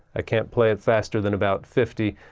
i can't play it faster than about fifty.